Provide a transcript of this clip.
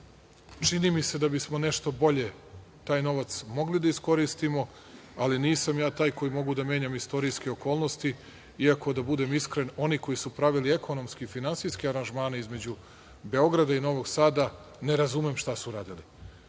Čini mi se da bismo nešto bolje taj novac mogli da iskoristimo, ali nisam ja taj koji mogu da menjam istorijske okolnosti, iako, da budem iskren, oni koji su pravili ekonomske i finansijske aranžmane između Beograda i Novog Sada ne razumem šta su uradili.